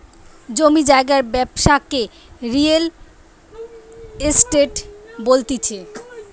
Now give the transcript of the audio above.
জমি জায়গার ব্যবসাকে রিয়েল এস্টেট বলতিছে